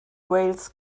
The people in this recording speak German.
wales